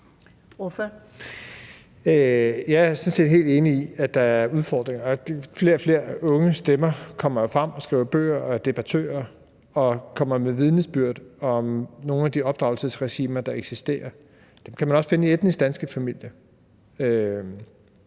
set helt enig i, at der er udfordringer. Flere og flere unge stemmer kommer frem, og de unge skriver bøger, er debattører og kommer med vidnesbyrd om nogle af de opdragelsesregimer, der eksisterer. Det er noget, man også kan finde i etnisk danske familier.